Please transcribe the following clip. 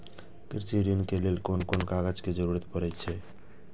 कृषि ऋण के लेल कोन कोन कागज के जरुरत परे छै?